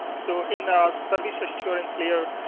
so, in our service assurance layer,